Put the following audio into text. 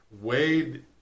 Wade